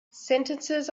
sentences